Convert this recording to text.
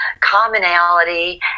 commonality